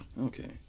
Okay